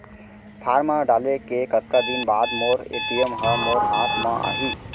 Form डाले के कतका दिन बाद मोर ए.टी.एम ह मोर हाथ म आही?